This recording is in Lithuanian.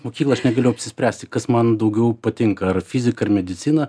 mokyklą aš negalėjau apsispręsti kas man daugiau patinka ar fizika ar medicina